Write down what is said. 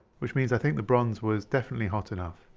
which means i think the bronze was definitely hot enough